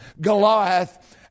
Goliath